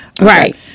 Right